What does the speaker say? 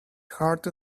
heart